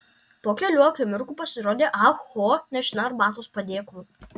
po kelių akimirkų pasirodė ah ho nešina arbatos padėklu